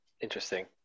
interesting